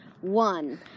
one